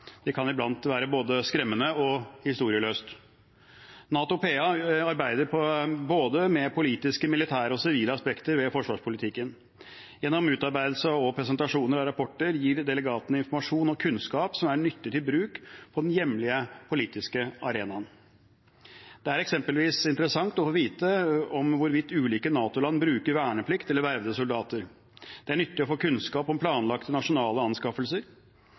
Det kan iblant være både skremmende og historieløst. NATO PA arbeider med både politiske, militære og sivile aspekter ved forsvarspolitikken. Gjennom utarbeidelse og presentasjoner av rapporter gir de delegatene informasjon og kunnskap som er nyttig til bruk på den hjemlige politiske arenaen. Det er eksempelvis interessant å få vite om hvorvidt ulike NATO-land bruker verneplikt eller vervede soldater. Det er nyttig å få kunnskap om planlagte nasjonale anskaffelser.